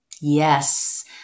Yes